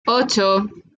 ocho